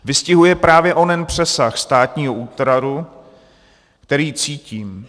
Vystihuje právě onen přesah státního útvaru, který cítím.